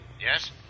Yes